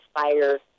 fire